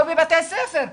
לא בבתי ספר,